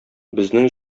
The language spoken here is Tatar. безнең